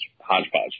hodgepodge